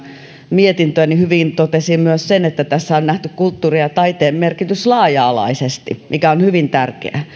mietintöä hyvin totesi myös sen että tässä on nähty kulttuurin ja taiteen merkitys laaja alaisesti mikä on hyvin tärkeää paitsi että